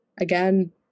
again